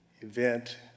event